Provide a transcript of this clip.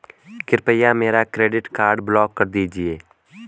कृपया मेरा credit card block कर दीजिए